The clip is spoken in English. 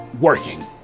working